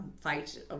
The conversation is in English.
Fight